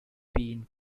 been